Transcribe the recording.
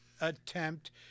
Attempt